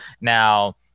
Now